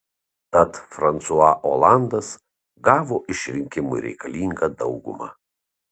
tad fransua olandas gavo išrinkimui reikalingą daugumą